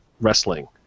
wrestling